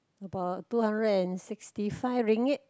about two hundred and sixty five ringgit